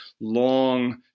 long